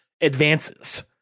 advances